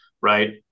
right